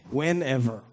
whenever